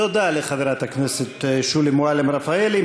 תודה לחברת הכנסת שולי מועלם-רפאלי.